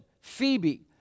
Phoebe